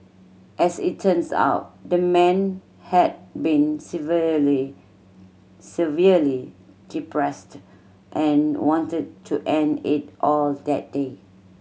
as it turns out the man had been severely severely depressed and wanted to end it all that day